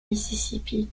mississippi